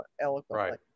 eloquently